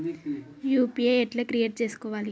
UPI ఎట్లా create చేసుకోవాలి?